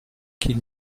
qu’il